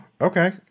Okay